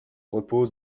reposent